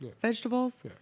vegetables